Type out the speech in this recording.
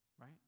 right